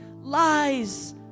lies